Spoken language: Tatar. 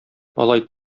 алай